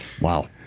Wow